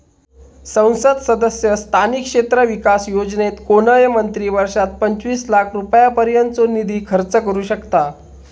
संसद सदस्य स्थानिक क्षेत्र विकास योजनेत कोणय मंत्री वर्षात पंचवीस लाख रुपयांपर्यंतचो निधी खर्च करू शकतां